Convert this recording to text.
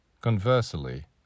Conversely